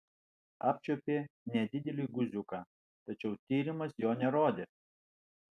apčiuopė nedidelį guziuką tačiau tyrimas jo nerodė